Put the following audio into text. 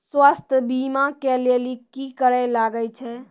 स्वास्थ्य बीमा के लेली की करे लागे छै?